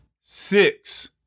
Six